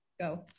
go